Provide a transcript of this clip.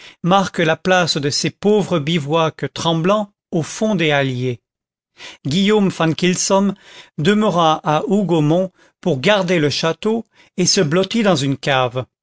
mar quent la place de ces pauvres bivouacs tremblants au fond des halliers guillaume van kylsom demeura à hougomont pour garder le château et se blottit dans une cave